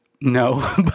No